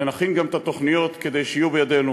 ונכין גם את התוכניות כדי שיהיו בידינו